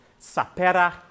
Sapera